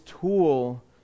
tool